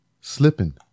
slipping